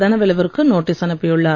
தனவேலு விற்கு நோட்டீஸ் அனுப்பியுள்ளார்